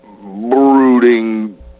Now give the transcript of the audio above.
brooding